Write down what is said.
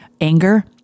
anger